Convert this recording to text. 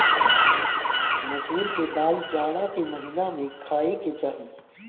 मसूर के दाल जाड़ा के महिना में खाए के चाही